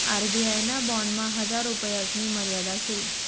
RBI ना बॉन्डमा हजार रुपयासनी मर्यादा शे